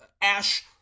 Ash